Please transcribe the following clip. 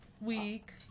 week